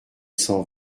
cent